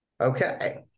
Okay